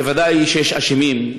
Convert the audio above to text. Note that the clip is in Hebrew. ודאי שיש אשמים,